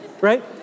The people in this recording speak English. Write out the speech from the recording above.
right